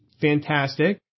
fantastic